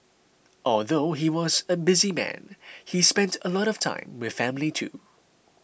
although he was a busy man he spent a lot of time with family too